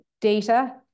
data